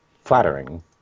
flattering